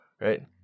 right